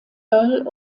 earl